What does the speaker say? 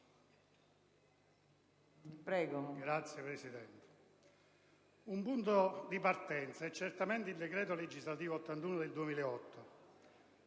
Un punto di partenza è certamente il decreto legislativo n. 81 del 2008